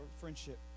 friendship